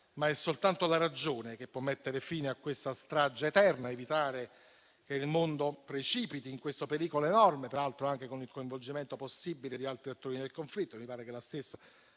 ma è soltanto la ragione che può mettere fine a questa strage eterna, evitando che il mondo precipiti in questo pericolo enorme, peraltro anche con il coinvolgimento possibile di altri attori nel conflitto.